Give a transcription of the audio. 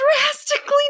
drastically